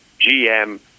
GM